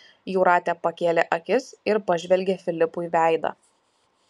jūratė pakėlė akis ir pažvelgė filipui veidą